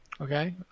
okay